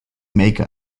make